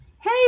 Hey